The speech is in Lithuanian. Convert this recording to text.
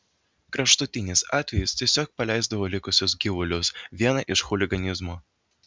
kraštutiniais atvejais tiesiog paleisdavo likusius gyvulius vien iš chuliganizmo